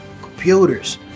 computers